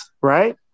right